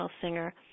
singer